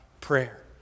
prayer